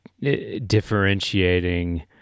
differentiating